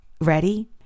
Ready